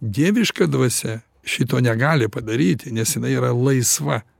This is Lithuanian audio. dieviška dvasia šito negali padaryti nes jinai yra laisva